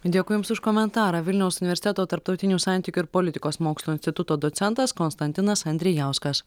dėkui jums už komentarą vilniaus universiteto tarptautinių santykių ir politikos mokslų instituto docentas konstantinas andrijauskas